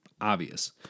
obvious